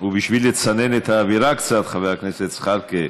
ובשביל לצנן את האווירה קצת, חבר הכנסת זחאלקה,